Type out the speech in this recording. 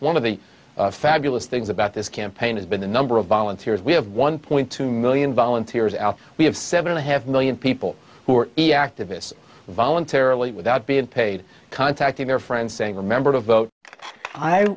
one of the fabulous things about this campaign has been the number of volunteers we have one point two million volunteers out we have seven and a half million people who are activists voluntarily without being paid contacting their friends saying remember to